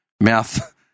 mouth